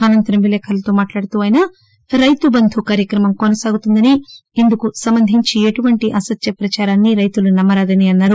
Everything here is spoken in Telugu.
అనంతరం విలేఖరులతో మాట్లాడుతూ ఆయన రైతు బందు కార్యక్రమం కొనసాగుతుందని ఇందుకు సంబంధించి ఎటువంటి అసత్య ప్రచారాన్ని రైతులు నమ్మరాదని అన్నారు